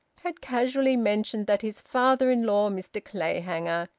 had casually mentioned that his father-in-law, mr clayhanger,